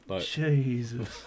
Jesus